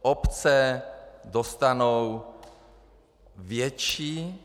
Obce dostanou větší...